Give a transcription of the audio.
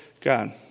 God